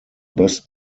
best